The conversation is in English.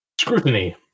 Scrutiny